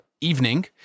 evening